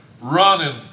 running